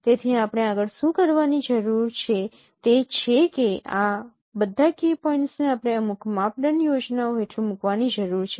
તેથી આપણે આગળ શું કરવાની જરૂર છે તે છે કે આ બધા કી પોઇન્ટ્સને આપણે અમુક માપદંડ યોજનાઓ હેઠળ મૂકવાની જરૂર છે